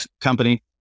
company